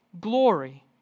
glory